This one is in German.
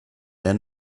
der